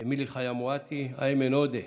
אמילי חיה מואטי, איימן עודה,